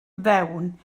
fewn